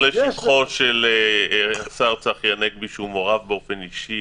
לשבחו של השר צחי הנגבי שהוא מעורב באופן אישי